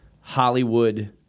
Hollywood